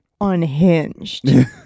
unhinged